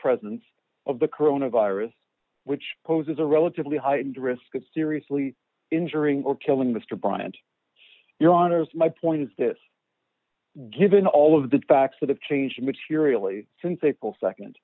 presence of the corona virus which poses a relatively heightened risk of seriously injuring or killing mr bryant your honor my point is this given all of the facts that have changed materially since april